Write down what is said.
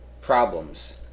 problems